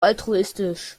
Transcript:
altruistisch